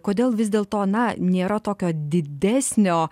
kodėl vis dėl to na nėra tokio didesnio